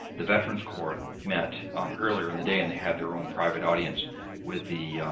the veterans court met earlier in the day and they had their own private audience with the